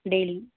daily